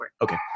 Okay